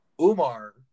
Umar